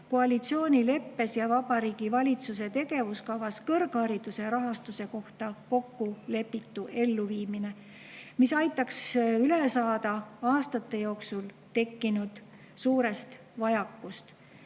koalitsioonileppes ja Vabariigi Valitsuse tegevuskavas kõrghariduse rahastuse kohta kokkulepitu elluviimine, mis aitaks üle saada aastate jooksul tekkinud suurest vajakust,